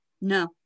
No